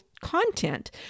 content